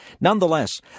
Nonetheless